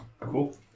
Cool